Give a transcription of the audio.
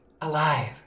alive